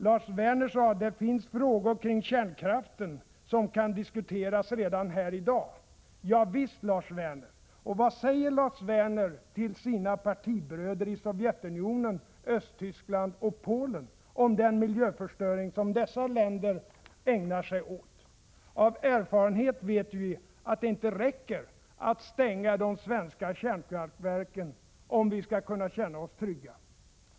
Lars Werner sade att det finns frågor kring kärnkraften som kan diskuteras redan här i dag. Ja visst, Lars Werner! Och vad säger Lars Werner till sina partibröder i Sovjetunionen, Östtyskland och Polen om den miljöförstöring som dessa länder ägnar sig åt? Av erfarenhet vet vi att det inte räcker att stänga de svenska kärnkraftverken om vi skall kunna känna oss trygga.